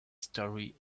story